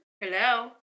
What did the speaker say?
Hello